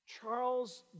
Charles